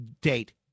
date